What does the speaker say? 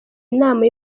inama